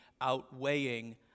outweighing